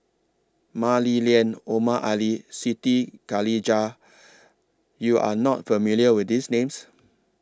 Mah Li Lian Omar Ali Siti Khalijah YOU Are not familiar with These Names